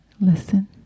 listen